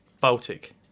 Baltic